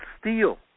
steal